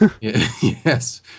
Yes